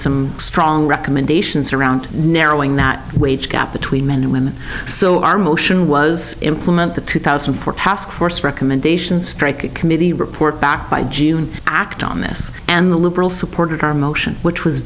recommendations around narrowing that wage gap between men and women so our motion was implement the two thousand and four task force recommendations committee report back by june act on this and the liberal supported our motion which was